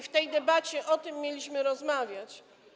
W tej debacie o tym mieliśmy rozmawiać.